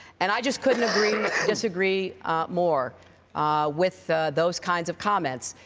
and i just couldn't agree disagree more with those kinds of comments.